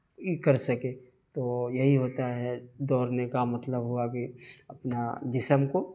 یہ کر سکے تو یہی ہوتا ہے دوڑنے کا مطلب ہوا کہ اپنا جسم کو